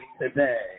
today